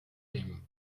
nehmen